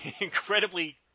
incredibly